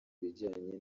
bijyanye